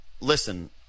Listen